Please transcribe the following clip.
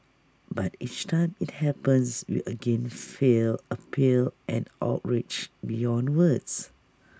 but each time IT happens we again feel appal and outrage beyond words